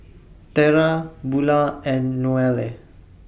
Tera Bula and Noelle